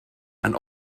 and